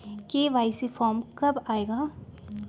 KYC form कब आए गा?